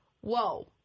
whoa